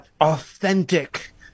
authentic